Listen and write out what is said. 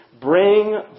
Bring